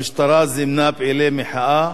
המשטרה זימנה פעילי מחאה